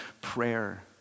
prayer